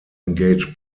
engage